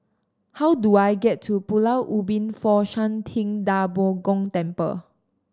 how do I get to Pulau Ubin Fo Shan Ting Da Bo Gong Temple